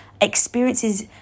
experiences